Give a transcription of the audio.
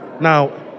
Now